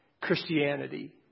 Christianity